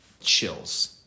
Chills